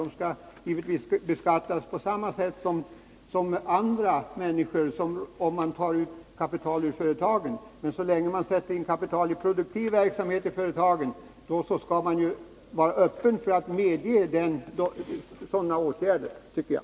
De skall givetvis beskattas på samma sätt som andra människor när de tar kapital ur företagen. Men man skall vara öppen för att stimulera kapital och människor till produktiv verksamhet i företag.